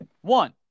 One